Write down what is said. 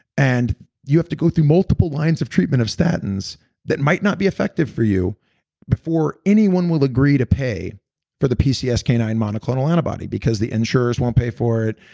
and you have to go through multiple lines of treatment of statins that might not be effective for you before anyone will agree to pay for the p c s k nine monoclonal antibody because the insurance won't pay for it,